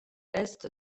est